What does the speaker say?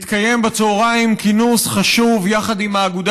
התקיים בצוהריים כינוס חשוב יחד עם האגודה